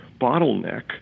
bottleneck